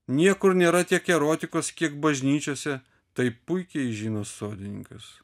niekur nėra tiek erotikos kiek bažnyčiose tai puikiai žino sodininkas